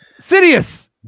Sidious